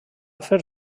fer